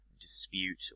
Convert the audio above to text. dispute